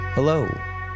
Hello